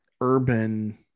urban